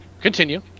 Continue